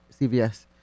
CVS